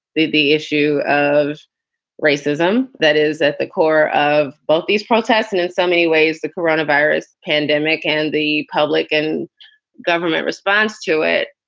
the the issue of racism that is at the core of both these protests and in so many ways the coronavirus pandemic and the public and government response to it.